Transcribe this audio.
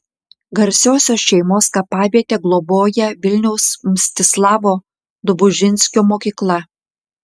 garsiosios šeimos kapavietę globoja vilniaus mstislavo dobužinskio mokykla